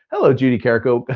hello, judy carrico. but